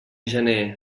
gener